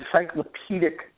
encyclopedic